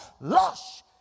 lush